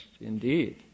indeed